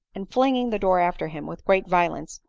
and, fling ing the door after him, with great violence,